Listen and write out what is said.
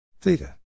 theta